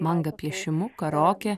manga piešimu karaoke